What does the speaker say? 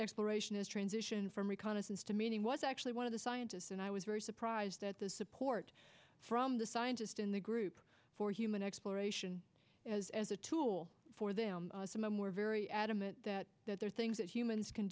exploration is transition from reconnaissance to meeting was actually one of the scientists and i was very surprised at the support from the scientist in the group for human exploration as a tool for them some were very adamant that there are things that humans can